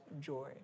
joy